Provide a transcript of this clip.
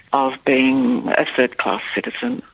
of being a third class citizen.